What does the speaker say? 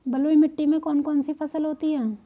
बलुई मिट्टी में कौन कौन सी फसल होती हैं?